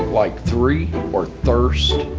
like three? or thirst?